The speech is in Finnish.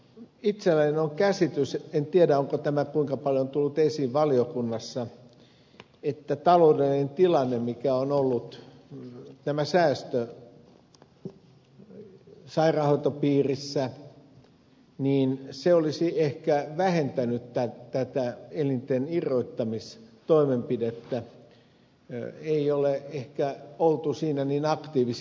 itselläni on käsitys en tiedä onko tämä kuinka paljon tullut esiin valiokunnassa että taloudellinen tilanne säästöt sairaanhoitopiirissä olisi ehkä vähentänyt näitä elinten irrottamistoimenpiteitä ei ole ehkä oltu niissä niin aktiivisia